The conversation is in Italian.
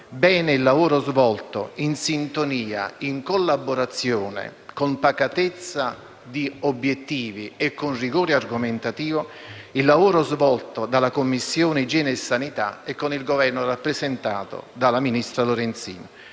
per il lavoro svolto, in sintonia, in collaborazione, con pacatezza di obiettivi e con rigore argomentativo, dalla Commissione igiene e sanità e con il Governo, rappresentato dalla ministra Lorenzin,